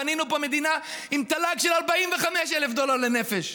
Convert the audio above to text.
בנינו פה מדינה עם תל"ג של 45,000 דולר לנפש.